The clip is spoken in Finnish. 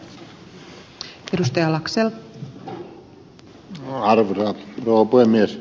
arvoisa rouva puhemies